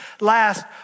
last